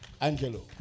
angelo